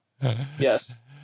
yes